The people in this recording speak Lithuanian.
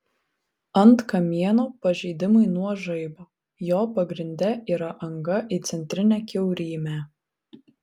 ant kamieno pažeidimai nuo žaibo jo pagrinde yra anga į centrinę kiaurymę